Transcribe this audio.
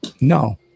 No